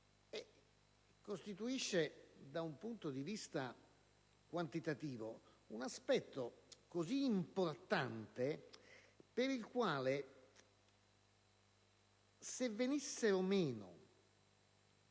costituisce da un punto di vista quantitativo un aspetto così importante per il quale è pur vero